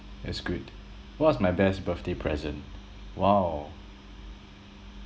that's good what's my best birthday present !wow!